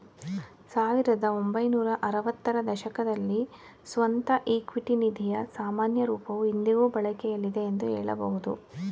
ಸಾವಿರದ ಒಂಬೈನೂರ ಆರವತ್ತ ರ ದಶಕದಲ್ಲಿ ಸ್ವಂತ ಇಕ್ವಿಟಿ ನಿಧಿಯ ಸಾಮಾನ್ಯ ರೂಪವು ಇಂದಿಗೂ ಬಳಕೆಯಲ್ಲಿದೆ ಎಂದು ಹೇಳಬಹುದು